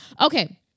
Okay